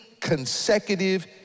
consecutive